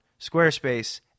Squarespace